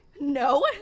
No